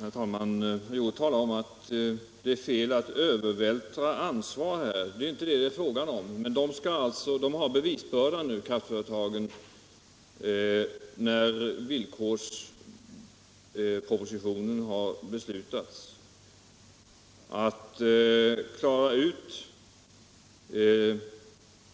Herr talman! Herr Hjorth talar om att det är fel att övervältra ansvar. Det är inte fråga om det. När villkorspropositionen har behandlats är det kraftföretagen som har bevisbördan och skall klara ut